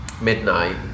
midnight